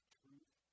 truth